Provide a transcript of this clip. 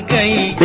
a